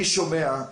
אני שומע,